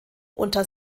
unter